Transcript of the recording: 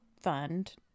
fund